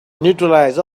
neutralize